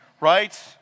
right